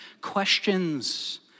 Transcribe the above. questions